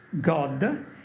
God